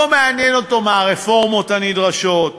לא מעניינות אותו הרפורמות הנדרשות,